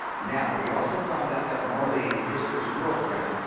now we also found out that maurlene, christopher's girlfriend,